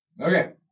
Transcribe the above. Okay